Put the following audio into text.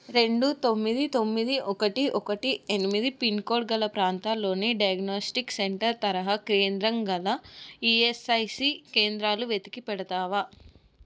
రెండు తొమ్మిది తొమ్మిది ఒకటి ఒకటి ఎనిమిది పిన్కోడ్ గల ప్రాంతాలోని డయాగ్నోస్టిక్ సెంటర్ తరహా కేంద్రం గల ఈఎస్ఐసి కేంద్రాలు వెతికి పెడతావా